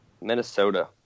minnesota